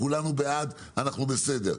כולנו בעד, אנחנו בסדר.